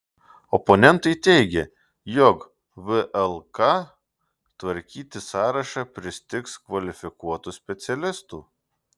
oponentai teigia jog vlk tvarkyti sąrašą pristigs kvalifikuotų specialistų